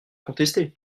contester